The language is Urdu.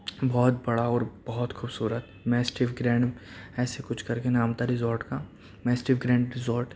بہت بڑا اور بہت خوبصورت میسٹف گرانڈ ایسی کچھ کرکے نام تھا ریزارٹ کا میسٹف گرانڈ ریزارٹ